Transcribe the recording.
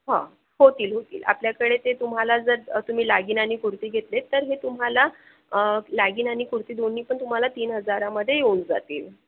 हो होतील होतील आपल्याकडे ते तुम्हाला जर तुम्ही लॅगिन आणि कुर्ती घेतले तर हे तुम्हाला लॅगिन आणि कुर्ती दोन्ही पण तुम्हाला तीन हजारामध्ये येऊन जातील